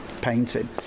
Painting